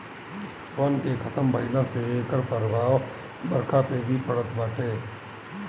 वन के खतम भइला से एकर प्रभाव बरखा पे भी पड़त बाटे